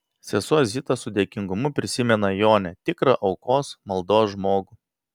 sesuo zita su dėkingumu prisimena jonę tikrą aukos maldos žmogų